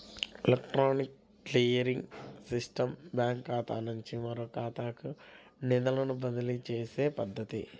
electronic clearing system బ్యాంకుఖాతా నుండి మరొకఖాతాకు నిధులను బదిలీచేసే పద్ధతి